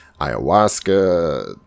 ayahuasca